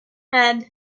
head